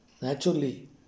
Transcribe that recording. naturally